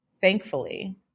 thankfully